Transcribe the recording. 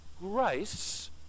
grace